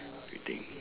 you think